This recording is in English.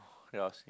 your